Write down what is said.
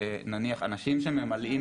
דיברנו על זה שגן מההפניה תהיה